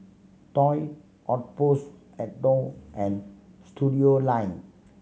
Toy Outpost Adore and Studioline